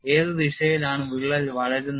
ഏത് ദിശയിലാണ് വിള്ളൽ വളരുന്നത്